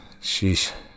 sheesh